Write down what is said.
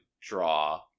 draw